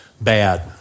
bad